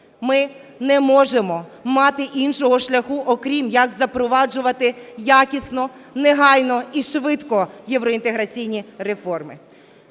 ми не можемо мати іншого шляху, окрім як запроваджувати якісно, негайно і швидко євроінтеграційні реформи.